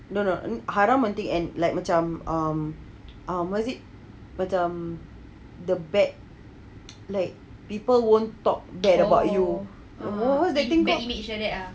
no no mm haram and thing and like macam um uh what is it macam the bad like people won't talk bad about you wh~ what does that thing call